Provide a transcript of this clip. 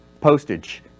postage